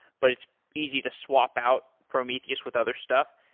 but it's easy to swap out prometheus with other stuff,